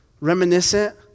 reminiscent